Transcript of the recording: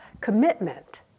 commitment